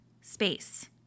space